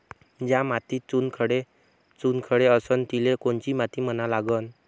ज्या मातीत चुनखडे चुनखडे असन तिले कोनची माती म्हना लागन?